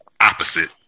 opposite